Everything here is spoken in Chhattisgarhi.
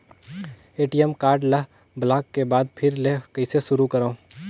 ए.टी.एम कारड ल ब्लाक के बाद फिर ले कइसे शुरू करव?